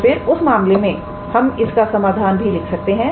तो फिर उस मामले में हम इसका समाधान भी लिख सकते हैं